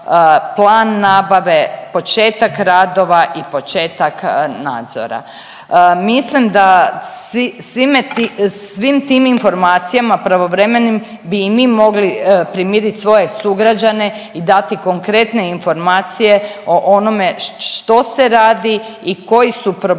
plan nabave, početak radova i početak nadzora. Mislim da svim tim informacijama pravovremenim bi i mi mogli primirit svoje sugrađane i dati konkretne informacije o onome što se radi i koji su problemi